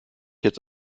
jetzt